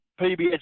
PBS